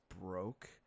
broke